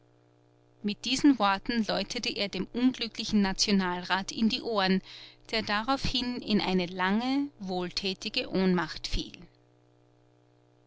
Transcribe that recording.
mit diesen worten läutete er dem unglücklichen nationalrat in die ohren der daraufhin in eine lange wohltätige ohnmacht fiel